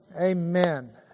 Amen